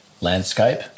landscape